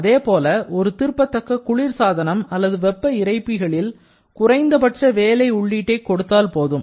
அதேபோல ஒரு திருப்பத்தைக்க குளிர் சாதனம் அல்லது வெப்ப இறைப்பிகளில் குறைந்தபட்ச வேலை உள்ளீட்டை கொடுத்தால் போதும்